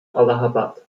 allahabad